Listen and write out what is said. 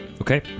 okay